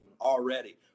already